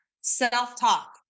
self-talk